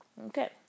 Okay